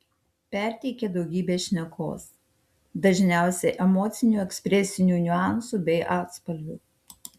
perteikia daugybę šnekos dažniausiai emocinių ekspresinių niuansų bei atspalvių